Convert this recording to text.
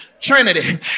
trinity